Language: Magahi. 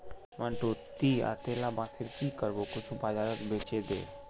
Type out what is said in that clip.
मंटू, ती अतेला बांसेर की करबो कुछू बाजारत बेछे दे